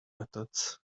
methods